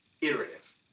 iterative